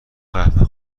قهوه